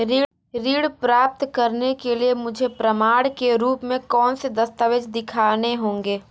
ऋण प्राप्त करने के लिए मुझे प्रमाण के रूप में कौन से दस्तावेज़ दिखाने होंगे?